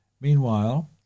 Meanwhile